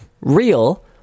real